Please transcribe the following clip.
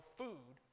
food